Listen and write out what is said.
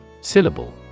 Syllable